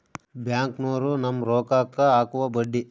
ಬ್ಯಾಂಕ್ನೋರು ನಮ್ಮ್ ರೋಕಾಕ್ಕ ಅಕುವ ಬಡ್ಡಿ